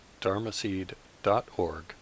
dharmaseed.org